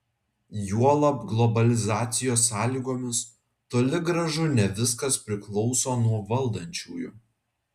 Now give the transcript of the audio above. juolab globalizacijos sąlygomis toli gražu ne viskas priklauso nuo valdančiųjų